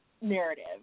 narrative